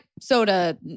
soda